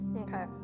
Okay